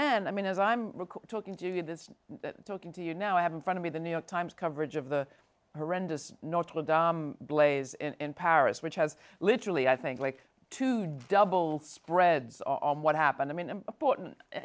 then i mean as i'm talking to you this talking to you now i have in front of me the new york times coverage of the horrendous northwood blaze and paris which has literally i think like to do double spreads on what happened i mean